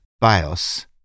bios